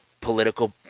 political